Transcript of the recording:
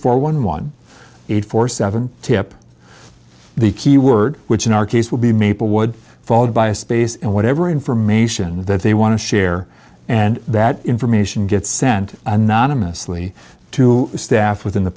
for one one eight four seven tip the keyword which in our case will be maplewood followed by a space and whatever information that they want to share and that information gets sent anonymously to staff within the